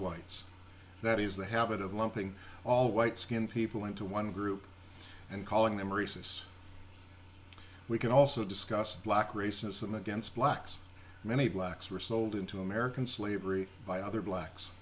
whites that is the habit of lumping all white skinned people into one group and calling them rhesus we can also discuss black racism against blacks many blacks were sold into american slavery by other blacks